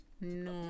No